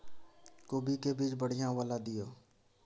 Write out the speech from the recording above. कोबी के बीज बढ़ीया वाला दिय?